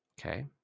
Okay